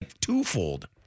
twofold